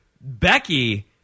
Becky